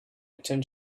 return